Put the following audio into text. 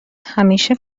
همیشه